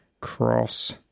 cross